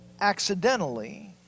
accidentally